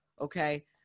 okay